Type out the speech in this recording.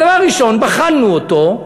הדבר הראשון, בחנו אותו,